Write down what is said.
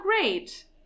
great